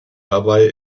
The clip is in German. dabei